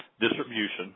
distribution